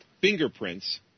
fingerprints